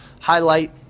highlight